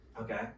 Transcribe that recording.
Okay